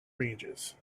ranges